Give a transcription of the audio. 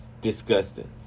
disgusting